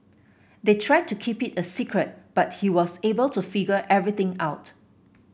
they tried to keep it a secret but he was able to figure everything out